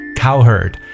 cowherd